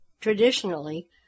Traditionally